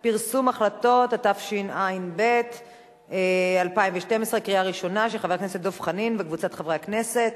אין מתנגדים ואין נמנעים.